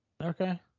Okay